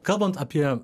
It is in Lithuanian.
kalbant apie